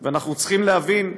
וגם, אנחנו צריכים להבין,